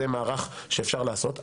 זה מערך שאפשר לעשות,